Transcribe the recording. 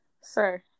Sir